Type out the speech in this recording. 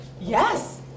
Yes